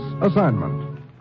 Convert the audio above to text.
assignment